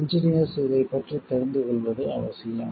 engineers இதைப் பற்றி தெரிந்து கொள்வது அவசியம்